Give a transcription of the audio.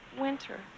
winter